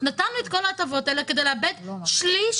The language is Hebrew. נתנו את כל ההטבות האלה כדי לאבד שליש